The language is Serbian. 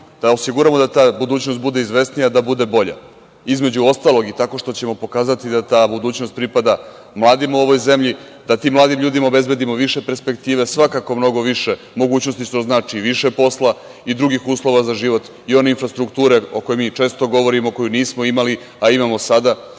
da osiguramo da ta budućnost bude izvesnija, da bude bolja. Između ostalog, i tako što ćemo pokazati da ta budućnost pripada mladima u ovoj zemlji, da tim mladim ljudima obezbedimo više perspektive, svakako mnogo više mogućnosti, što znači i više posla i drugih uslova za život i one infrastrukture o kojoj mi često govorimo, koju nismo imali, a imamo sada,